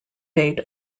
date